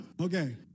okay